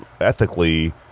ethically